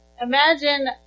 Imagine